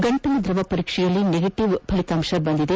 ಗಂಟಲು ದ್ರವ ಪರೀಕ್ಷೆಯಲ್ಲಿ ನೆಗೆಟಿವ್ ವರದಿ ಬಂದಿದೆ